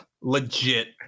legit